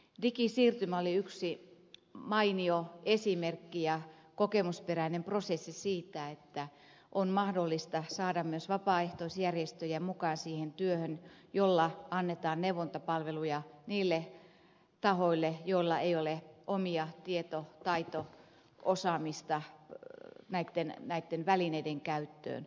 digisiirtymä oli yksi mainio esimerkki ja kokemusperäinen prosessi siitä että on mahdollista saada myös vapaaehtoisjärjestöjä mukaan siihen työhön jolla annetaan neuvontapalveluja niille tahoille joilla ei ole omaa tietotaitoa osaamista näitten välineiden käyttöön